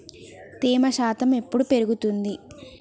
తేమ శాతం ఎప్పుడు పెరుగుద్ది?